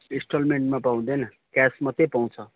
इन्सटलमेन्टमा त हुँदैन क्यास मात्र पाउँछ